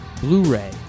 Blu-ray